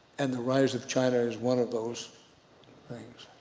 and the rise of china is one of those things,